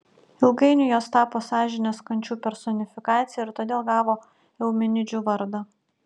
ilgainiui jos tapo sąžinės kančių personifikacija ir todėl gavo eumenidžių vardą